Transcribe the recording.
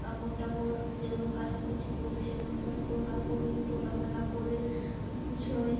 কাপড় টাপড় যেগুলো কাচা কুচি করি সেগুলো সব তোলা করি তোলা মেলা করে গুছোই